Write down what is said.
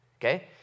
Okay